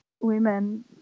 women